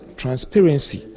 transparency